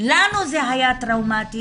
לנו זה היה טראומטי,